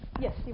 yes